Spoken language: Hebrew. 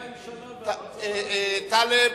טלב,